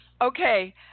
okay